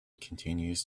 continues